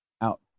out